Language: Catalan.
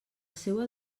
seua